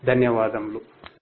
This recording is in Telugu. ధన్యవాదాలు